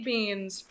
Beans